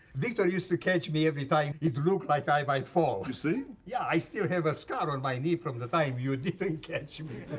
victor used to catch me every time it looked like i might fall. you see? yeah, i still have a scar on my knee from the time you didn't catch me.